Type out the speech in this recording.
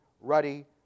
ruddy